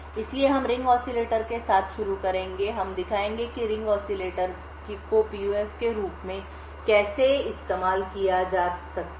इसलिए हम ring oscillator के साथ शुरू करेंगे हम दिखाएंगे कि रिंग ऑसिलेटर को पीयूएफ के रूप में कैसे इस्तेमाल किया जा सकता है